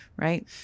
Right